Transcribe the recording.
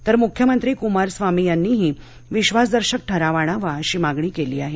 तर मुख्यमंत्री कुमारस्वामी यांनीही विश्वासदर्शक ठराव आणावा अशी मागणी केली आहे